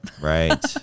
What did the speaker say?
right